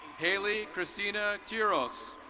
hailey christina terros.